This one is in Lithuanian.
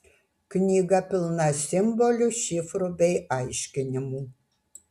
knyga pilna simbolių šifrų bei aiškinimų